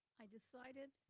i decided